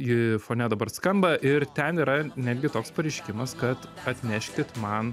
ji fone dabar skamba ir ten yra netgi toks pareiškimas kad atneškit man